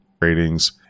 ratings